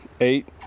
eight